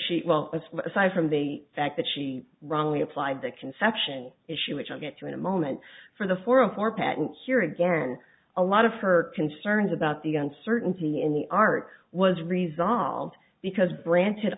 she well aside from the fact that she wrongly applied the conception issue which i'll get to in a moment for the forum for patents here again a lot of her concerns about the uncertainty in the ark was resolved because branch had